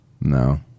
No